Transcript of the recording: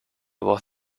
voz